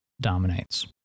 dominates